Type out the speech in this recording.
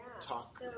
talk